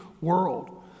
world